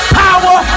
power